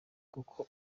kuko